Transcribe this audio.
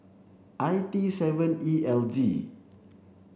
I T seven E L G